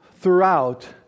throughout